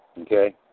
Okay